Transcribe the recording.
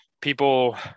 people